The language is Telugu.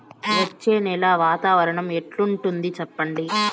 వచ్చే నెల వాతావరణం ఎట్లుంటుంది చెప్పండి?